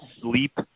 Sleep